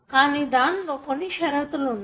కానీ దానిలో కొన్ని షరతులు వున్నాయి